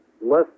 less